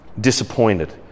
disappointed